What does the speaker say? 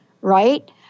right